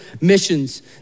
missions